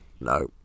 No